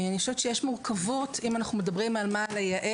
אני חושבת שיש מורכבות אם אנחנו מדברים על מה לייעל,